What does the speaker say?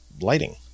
Lighting